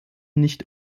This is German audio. nicht